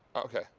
okay.